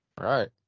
Right